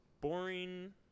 boring